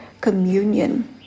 communion